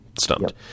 stumped